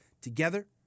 together